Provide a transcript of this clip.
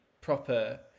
proper